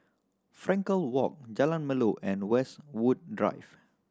Frankel Walk Jalan Melor and Westwood Drive